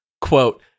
Quote